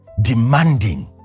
demanding